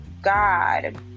God